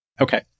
Okay